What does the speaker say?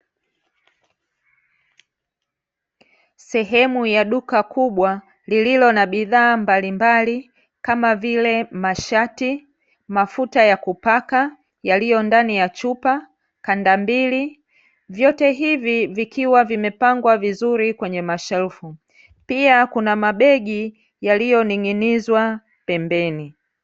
Sehemu ya duka kubwa lililo na bidhaa mbalimbali kama vile mashati, mafuta ya kupaka yaliyo ndani ya chupa, kandambili, vyote hivi vikiwa vimepangwa vizuri kwenye mashelfu. Pia, kuna mabegi yaliyoning'inizwa pembeni.